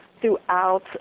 throughout